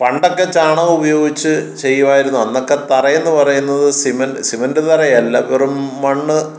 പണ്ടൊക്കെ ചാണകം ഉപയോഗിച്ച് ചെയ്യുമായിരുന്നു അന്നൊക്കെ തറയെന്ന് പറയുന്നത് സിമി സിമൻറ്റ് തറയല്ല വെറും മണ്ണ്